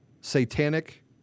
satanic